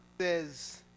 Says